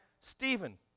Stephen